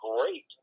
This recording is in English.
great